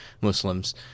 Muslims